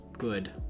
Good